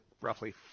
roughly